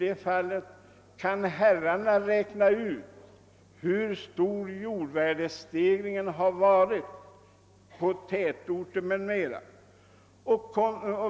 Jag frågar då om herrarna kan räkna ut hur stor jordvärdestegringen har varit i tätorterna här i Sverige.